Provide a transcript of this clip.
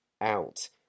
out